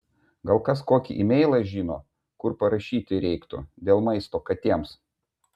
gal kas kokį e mailą žino kur parašyti reiktų dėl maisto katėms